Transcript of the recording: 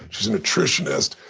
she's a nutritionist.